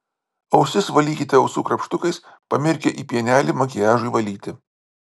ausis valykite ausų krapštukais pamirkę į pienelį makiažui valyti